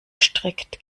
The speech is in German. strikt